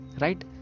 Right